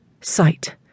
Sight